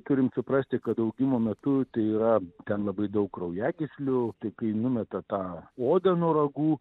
turim suprasti kad augimo metu tai yra ten labai daug kraujagyslių tai kai numeta tą odą nuo ragų